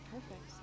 Perfect